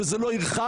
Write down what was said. וזה לא ירחק,